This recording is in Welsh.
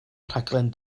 rhaglen